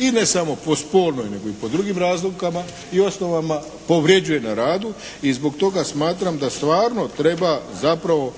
i ne samo po spolnoj nego i po drugim razlikama i osnovama povrjeđuje na radu. I zbog toga smatram da stvarno treba zapravo